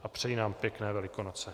A přejí nám pěkné Velikonoce.